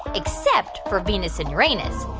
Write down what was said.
except for venus and uranus.